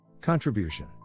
Contribution